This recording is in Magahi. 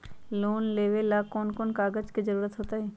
लोन लेवेला कौन कौन कागज के जरूरत होतई?